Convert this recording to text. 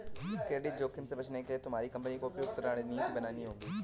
credit जोखिम से बचने के लिए तुम्हारी कंपनी को उपयुक्त रणनीति बनानी होगी